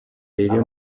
rero